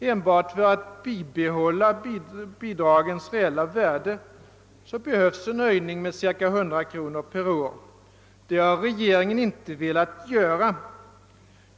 Enbart för att behålla bidragens reella värde behövs en höjning med cirka 100 kronor per barn och år. Detta har regeringen inte velat göra.